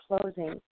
closing